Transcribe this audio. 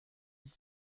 dix